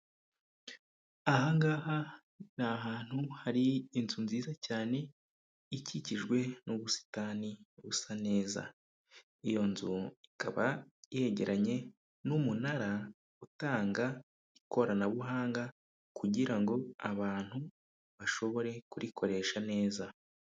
Aha ngaha ni ahantuhari inzu nziza cyane ikikijwe n'ubusitani busa neza. Iyo nzu ikaba yegeranye n'umunara utanga ikoranabuhanga kugira ngo abantu, bashobore kurikoresha neza.